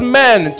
men